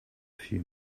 few